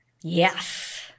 Yes